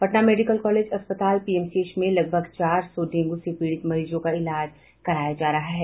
Patna medical college अस्पताल PMCH में लगभग चार सौ डेंगू से पीड़ित मरीजों का इलाज कराया जा रहा है